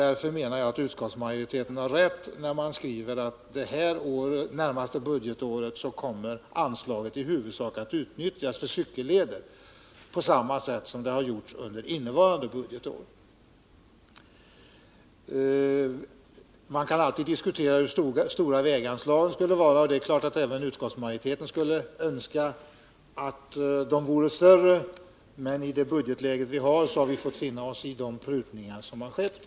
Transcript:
Därför menar jag att utskottsmajoriteten har rätt, när den skriver att anslaget under det närmaste budgetåret i huvudsak kommer att utnyttjas för cykelleder på samma sätt som har skett under innevarande budgetår. Man kan alltid diskutera hur stora väganslagen skall vara. Även utskottsmajoriteten skulle givetvis önska att de var större. Men i det nuvarande budgetläget har vi fått finna oss i de prutningar som har skett.